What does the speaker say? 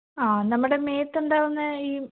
ആ നമ്മുടെ മേത്ത് എന്താവുന്നത് ഈ